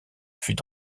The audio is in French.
fut